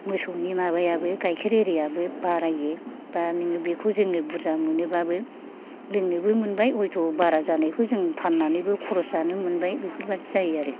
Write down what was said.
मोसौनि माबायाबो गाइखेर हिरियाबो बारायो बा नोङो बेखौ जोङो बुरजा मोनोबाबो लोंनोबो मोनबाय हयथ' बारा जानायखौ फाननानैबो खरस जाननो मोनबाय बेफोरबायदि जायो आरो